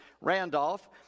Randolph